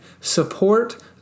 Support